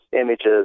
images